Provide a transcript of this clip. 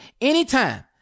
anytime